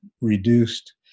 reduced